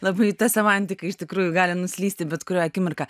labai ta semantika iš tikrųjų gali nuslysti bet kurią akimirką